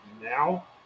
now